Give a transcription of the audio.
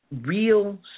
real